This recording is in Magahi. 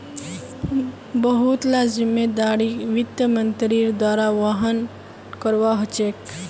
बहुत ला जिम्मेदारिक वित्त मन्त्रीर द्वारा वहन करवा ह छेके